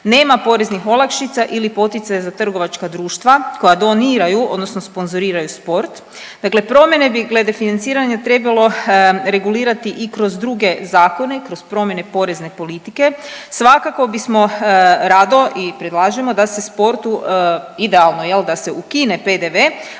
Nema poreznih olakšica ili poticaj za trgovačka društva koja doniraju odnosno sponzoriraju sport. Dakle, promjene bi glede financiranja trebalo regulirati i kroz druge zakone, kroz promjene porezne politike. Svakako bismo rado i predlažemo da se sportu idealno jel da se ukine PDV